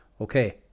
okay